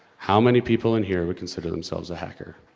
how many people in here would consider themselves a hacker?